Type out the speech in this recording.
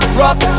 rock